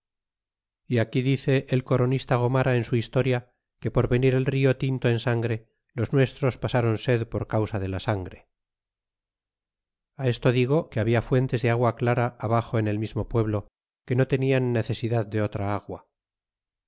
e aquí dice el coronista gomara en su historia que por venir el rio tinto en sangre los nuestros pasáron sed por causa de la sangre a esto digo que habia fuentes de agua clara abaxo en el mismo pueblo que no tenian necesidad de otra agua